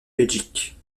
belgique